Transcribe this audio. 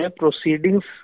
proceedings